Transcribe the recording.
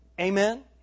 Amen